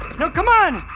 now come on,